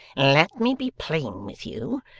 let me be plain with you,